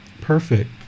Perfect